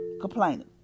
complaining